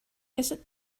isn’t